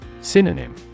Synonym